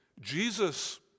Jesus